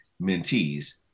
mentees